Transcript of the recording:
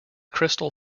crystal